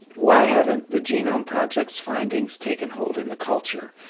why haven't the genome project's findings taken hold in the culture?